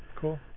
Cool